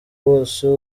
bose